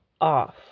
off